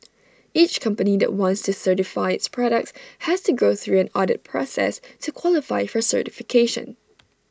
each company that wants to certify its products has to go through an audit process to qualify for certification